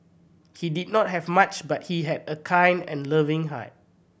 he did not have much but he had a kind and loving heart